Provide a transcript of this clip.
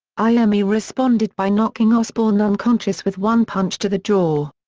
iommi responded by knocking osbourne unconscious with one punch to the jaw.